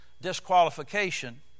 disqualification